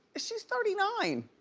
she's thirty nine,